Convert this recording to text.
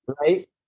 Right